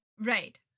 Right